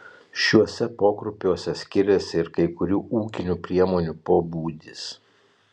šiuose pogrupiuose skiriasi ir kai kurių ūkinių priemonių pobūdis